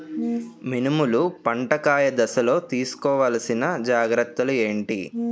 మినుములు పంట కాయ దశలో తిస్కోవాలసిన జాగ్రత్తలు ఏంటి?